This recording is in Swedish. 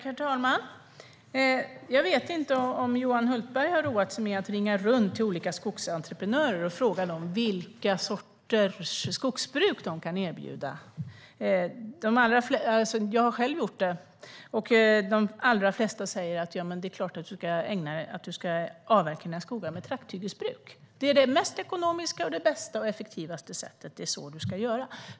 Herr talman! Jag vet inte om Johan Hultberg har roat sig med att ringa runt till olika skogsentreprenörer och fråga dem vilka sorters skogsbruk de kan erbjuda. Jag har själv gjort det, och de allra flesta säger: Det är klart att du ska avverka dina skogar med trakthyggesbruk. Det är det mest ekonomiska och det bästa och effektivaste sättet. Det är så du ska göra.